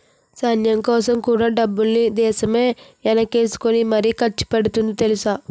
సైన్యంకోసం కూడా డబ్బుల్ని దేశమే ఎనకేసుకుని మరీ ఖర్చుపెడతాంది తెలుసా?